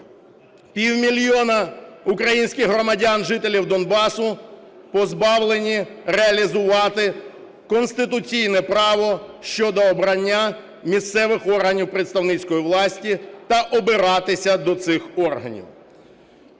півмільйона українських громадян - жителів Донбасу позбавлені реалізувати конституційне право щодо обрання місцевих органів представницької влади та обиратися до цих органів.